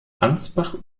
ansbach